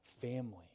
family